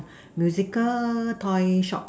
musical toy shop